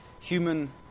human